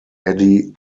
eddy